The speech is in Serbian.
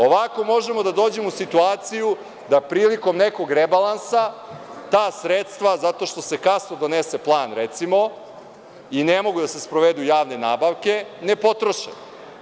Ovako, možemo da dođemo u situaciju da prilikom nekog rebalansa ta sredstva, zato što se kasno donese plan, recimo, i ne mogu da se sprovedu javne nabavke, ne potroše.